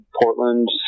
Portland